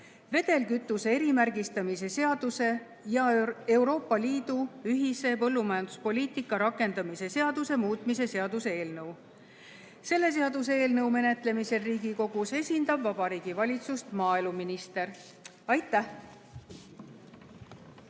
vedelkütuse erimärgistamise seaduse ja Euroopa Liidu ühise põllumajanduspoliitika rakendamise seaduse muutmise seaduse eelnõu. Selle seaduseelnõu menetlemisel Riigikogus esindab Vabariigi Valitsust maaeluminister. Aitäh!